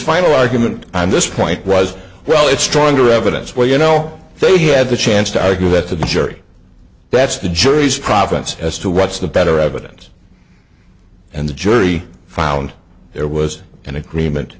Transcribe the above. final argument i'm this point was well it's stronger evidence where you know they had the chance to argue with the jury that's the jury's province as to what's the better evidence and the jury found there was an agreement